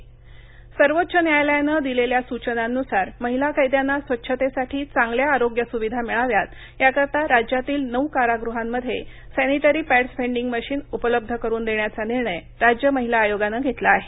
vending machines सर्वोच्च न्यायालयानं दिलेल्या सूचनांनुसार महिला कैद्यांना स्वच्छतेसाठी चांगल्या आरोग्य सुविधा मिळाव्यात याकरता राज्यातील नऊ कारागृहांमध्ये सॅनिटरी पॅंडस् व्हेंडिंग मशीन उपलब्ध करून देण्याचा निर्णय राज्य महिला आयोगानं घेतला आहे